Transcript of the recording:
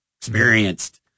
experienced